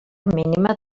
mínima